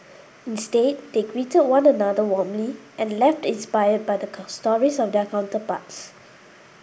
instead they greeted one another warmly and left inspired by the stories of their counterparts